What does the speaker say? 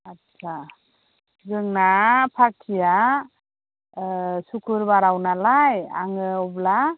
आटसा जोंना पार्टिया सुक्रुबाराव नालाय आङो अब्ला